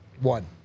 One